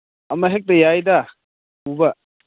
ꯑꯃꯍꯦꯛꯇ ꯌꯥꯏꯗ ꯄꯨꯕ